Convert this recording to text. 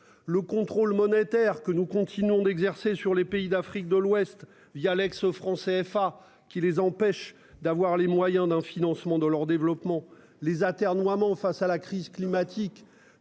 le contrôle monétaire que nous continuons d'exercer sur les pays d'Afrique de l'Ouest, via l'ex-francs CFA qui les empêchent d'avoir les moyens d'un financement de leur développement les atermoiements face à la crise climatique